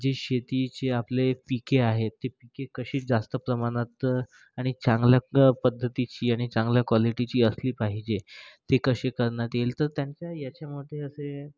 जी शेतीची आपले पिके आहेत ती पिके कशी जास्त प्रमाणात आणि चांगल्या प पद्धतीची आणि चांगल्या क्वालिटीची असली पाहिजे ती कशी करण्यात येईल तर त्यांच्या याच्यामध्ये असे